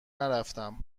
نرفتم